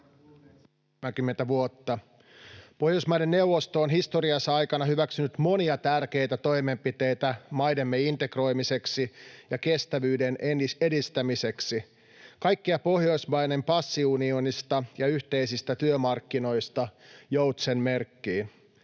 Pohjoismaiden neuvosto on historiansa aikana hyväksynyt monia tärkeitä toimenpiteitä maidemme integroimiseksi ja kestävyyden edistämiseksi: kaikkea Pohjoismaiden passiunionista ja yhteisistä työmarkkinoista Joutsenmerkkiin.